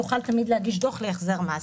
יוכל תמיד להגיש דוח להחזר מס.